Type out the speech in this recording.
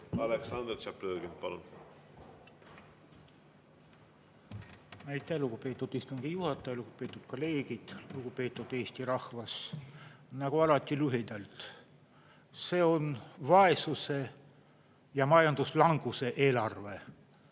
Aleksandr Tšaplõgini. Palun! Aitäh, lugupeetud istungi juhataja! Lugupeetud kolleegid! Lugupeetud Eesti rahvas! Nagu alati, lühidalt: see on vaesuse ja majanduslanguse eelarve